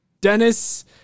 Dennis